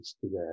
today